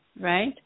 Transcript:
right